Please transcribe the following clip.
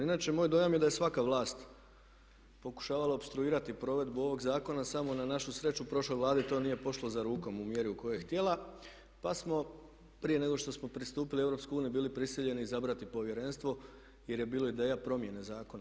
Inače, moj dojam je da je svaka vlast pokušavala opstruirati provedbu ovog zakona samo na našu sreću prošloj Vladi to nije pošlo za rukom u mjeri u kojoj je htjela, pa smo prije nego što smo pristupili EU bili prisiljeni izabrati Povjerenstvo jer je bilo ideja promjene zakona.